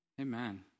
Amen